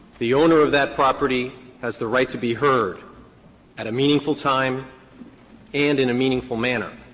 the owner of that property has the right to be heard at a meaningful time and in a meaningful manner.